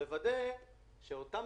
כדי שאת אותו